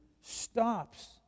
stops